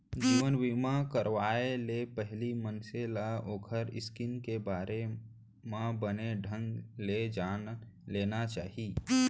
जीवन बीमा करवाय ले पहिली मनसे ल ओखर स्कीम के बारे म बने ढंग ले जान लेना चाही